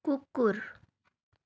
कुकुर